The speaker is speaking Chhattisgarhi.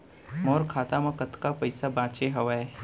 मोर खाता मा कतका पइसा बांचे हवय?